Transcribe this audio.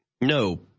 no